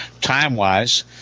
time-wise